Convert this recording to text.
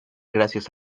gracias